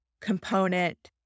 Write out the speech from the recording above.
component